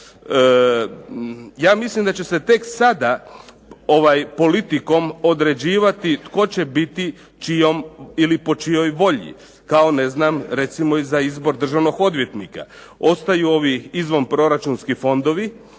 Ja mislim da će se tek sada politikom određivati tko će biti čijom ili po čijoj volji, kao ne znam recimo za izbor državnog odvjetnika. Ostaju ovi izvan proračunski fondovi